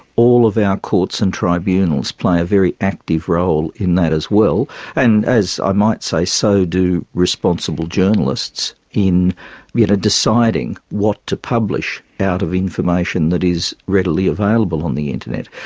all of our courts and tribunals play a very active role in that as well and, as i might say, so do responsible journalists in but ah deciding what to publish out of information that is readily available on the internet.